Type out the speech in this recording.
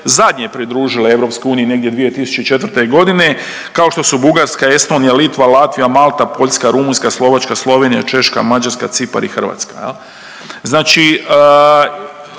zadnje pridružile EU negdje 2004.g. kao što su Bugarska, Estonija, Litva, Latvija, Malta, Poljska, Rumunjska, Slovačka, Slovenija, Češka, Mađarska, Cipar i Hrvatska. Znači